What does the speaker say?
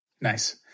Nice